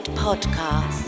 podcast